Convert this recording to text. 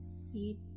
speed